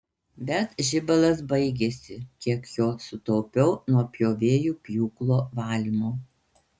bet žibalas baigėsi kiek jo sutaupiau nuo pjovėjų pjūklo valymo